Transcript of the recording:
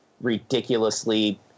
ridiculously